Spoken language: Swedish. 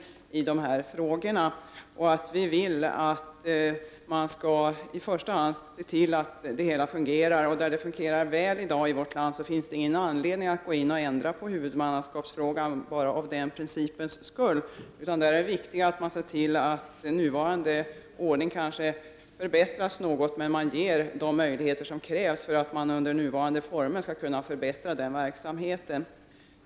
Vi vill i första hand att man skall se till att verksamheten fungerar. Där det i dag fungerar väl i vårt land finns det ingen anledning att gå in och ändra på huvudmannaskapsfrågan bara för principens skull. Det är viktigare att man ser till att den nuvarande ordningen förbättras något och att man gör vad som krävs för att man under nuvarande former skall kunna förbättra verksamheten.